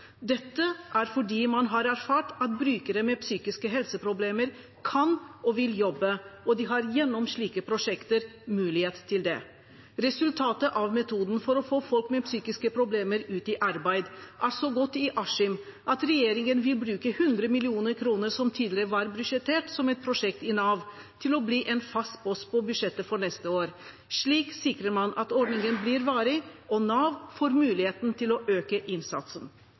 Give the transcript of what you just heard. dette fordi man har erfart at brukere med psykiske helseproblemer kan og vil jobbe, og de har gjennom slike prosjekter mulighet til det. Resultatet av metoden for å få folk med psykiske problemer ut i arbeid er så godt i Askim at regjeringen vil bruke 100 mill. kr, som tidligere var budsjettert som et prosjekt i Nav, til å bli en fast post på budsjettet for neste år. Slik sikrer man at ordningen blir varig, og Nav får muligheten til å øke innsatsen.